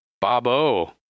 Bob-O